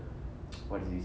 what is this